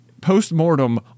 post-mortem